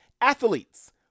Athletes